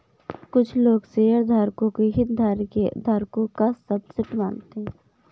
कुछ लोग शेयरधारकों को हितधारकों का सबसेट मानते हैं